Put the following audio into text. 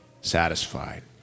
satisfied